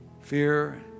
fear